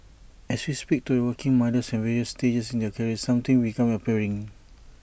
as we speak to working mothers at various stages in their careers some things become apparent